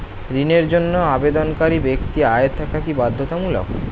ঋণের জন্য আবেদনকারী ব্যক্তি আয় থাকা কি বাধ্যতামূলক?